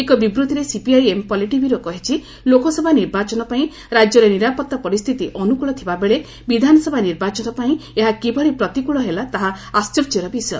ଏକ ବିବୃତ୍ତିରେ CPIM politburo କହିଛି ଲୋକସଭା ନିର୍ବାଚନ ପାଇଁ ରାଜ୍ୟର ନିରାପତ୍ତା ପରିସ୍ଥିତି ଅନୁକୁଳ ଥିବା ବେଳେ ବିଧାନସଭା ନିର୍ବାଚନ ପାଇଁ ଏହା କିଭଳି ପ୍ରତିକୃଳ ହେଲା ତାହା ଆଙ୍କର୍ଯ୍ୟର ବିଷୟ